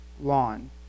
lawn